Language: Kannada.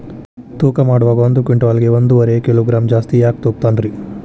ತೂಕಮಾಡುವಾಗ ಒಂದು ಕ್ವಿಂಟಾಲ್ ಗೆ ಒಂದುವರಿ ಕಿಲೋಗ್ರಾಂ ಜಾಸ್ತಿ ಯಾಕ ತೂಗ್ತಾನ ರೇ?